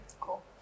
cool